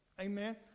Amen